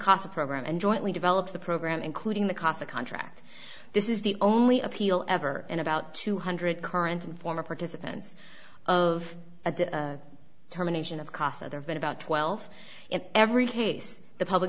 casa program and jointly developed the program including the casa contract this is the only appeal ever in about two hundred current and former participants of terminations of casa there have been about twelve in every case the public